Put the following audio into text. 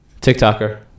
TikToker